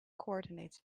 coordinates